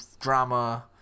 drama